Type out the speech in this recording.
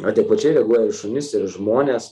adekvačiai reaguoja į šunis ir į žmones